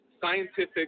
scientific